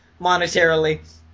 monetarily